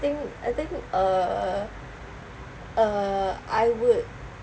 I think I think uh uh I would